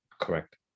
Correct